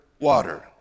water